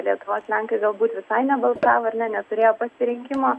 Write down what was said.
lietuvos lenkai galbūt visai nebalsavo ir neturėjo pasirinkimo